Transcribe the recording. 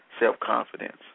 self-confidence